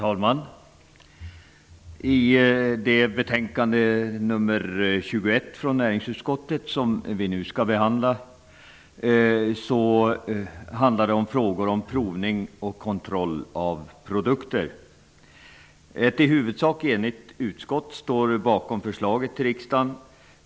Herr talman! Betänkande 21 från näringsutskottet, som vi nu skall behandla, gäller om frågor om provning och kontroll av produkter. Ett i huvudsak enigt utskott står bakom förslaget till riksdagen.